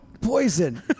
Poison